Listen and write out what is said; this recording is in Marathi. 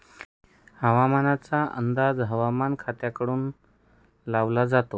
हवामानाचा अंदाज हवामान खात्याकडून लावला जातो